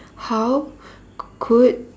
how could